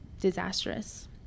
disastrous